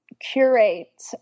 curate